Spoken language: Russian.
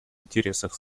интересах